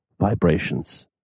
vibrations